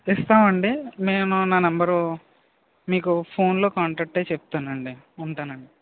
ఇస్తాము అండి నేను నా నెంబరు మీకు ఫోన్లో కాంటాక్ట్ అయ్యి చెప్తాను అండి ఉంటాను అండి